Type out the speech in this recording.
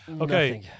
Okay